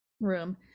room